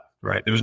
right